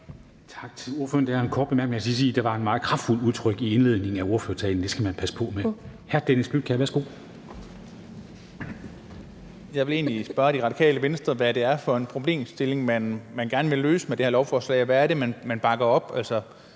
Jeg vil egentlig spørge Det Radikale Venstre, hvad det er for en problemstilling, man gerne vil løse med det her lovforslag. Hvad er det, man bakker op?